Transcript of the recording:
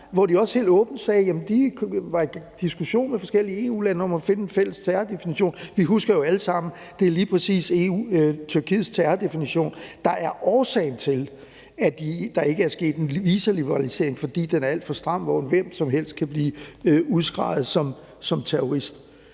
hvor de også helt åbent sagde, at de var i diskussion med forskellige EU-lande om at finde en fælles terrordefinition. Vi husker jo alle sammen, at det lige præcis er Tyrkiets terrordefinition, der er årsagen til, at der ikke er sket en visaliberalisering, fordi den er alt for stram, hvor hvem som helst kan blive udskreget som terrorist.